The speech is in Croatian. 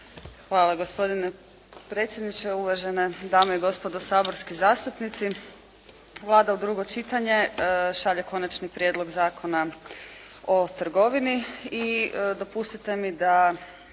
Hvala gospodine predsjedniče. Uvažene dame i gospodo saborski zastupnici. Vlada u drugo čitanje šalje Konačni prijedlog Zakona o trgovini i dopustite mi da